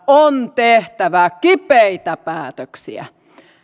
on tehtävä kipeitä päätöksiä